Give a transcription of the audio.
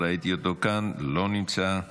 ראיתי אותו כאן, לא נמצא,